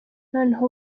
noneho